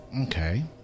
Okay